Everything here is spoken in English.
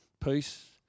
Peace